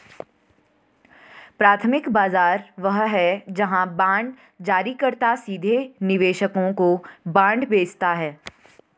प्राथमिक बाजार वह है जहां बांड जारीकर्ता सीधे निवेशकों को बांड बेचता है